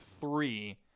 three